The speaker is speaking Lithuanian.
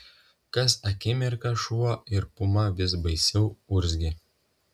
kas akimirką šuo ir puma vis baisiau urzgė